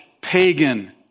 pagan